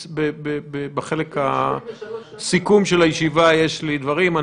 בחלק הסיכום של הישיבה יש לי דברים.